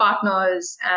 partners